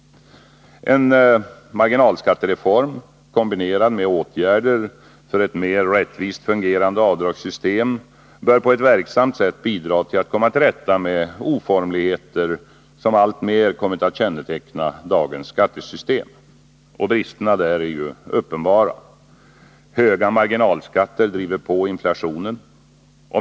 En marginalskattereform, kombinerad med åtgärder för ett mer rättvist fungerande avdragssystem, bör på ett verksamt sätt bidra till att vi kan komma till rätta med de oformligheter som alltmer kommit att känneteckna dagens skattesystem. Bristerna i vårt skattesystem är ju uppenbara. Höga marginalskatter driver på inflationen.